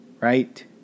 Right